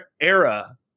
era